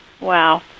Wow